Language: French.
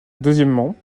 deuxièmement